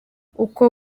uko